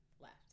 left